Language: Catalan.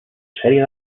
sèrie